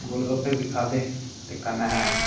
गौल गफ्फे बी खाद्धे कन्नै